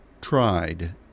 tried